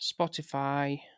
Spotify